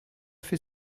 fait